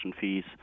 fees